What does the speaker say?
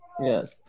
Yes